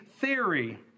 theory